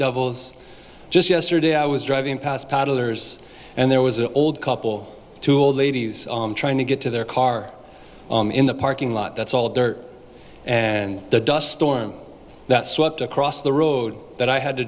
devils just yesterday i was driving past battlers and there was an old couple two old ladies trying to get to their car in the parking lot that's all dirt and dust storm that swept across the road that i had to